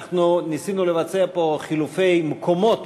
אנחנו ניסינו לבצע פה חילופי מקומות